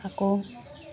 আকৌ